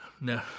No